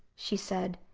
she said.